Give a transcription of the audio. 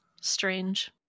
Strange